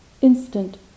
instant